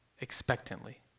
expectantly